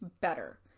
better